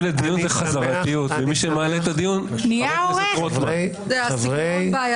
נהיה עורך ראשי.